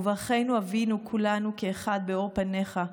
וברכנו אבינו כולנו כאחד באור פניך,